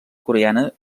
coreana